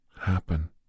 happen